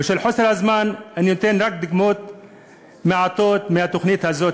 ובשל חוסר הזמן אני אתן רק דוגמאות מעטות מהתוכנית הזאת: